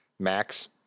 max